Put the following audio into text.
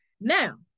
Now